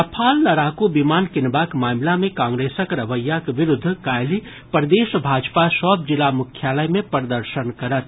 Rafale लड़ाकू विमान कीनबाक मामिला मे कांग्रेसक रवैयाक विरूद्ध काल्हि प्रदेश भाजपा सभ जिला मुख्यालय मे प्रदर्शन करत